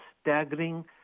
staggering